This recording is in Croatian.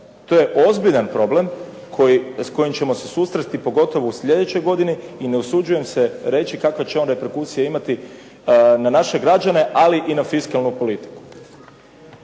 To je ozbiljan problem s kojim ćemo se susresti pogotovo u sljedećoj godini i ne usuđujem se reći kakve će on reprekusije imati na naše građane, ali i na fiskalnu politiku.